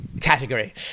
category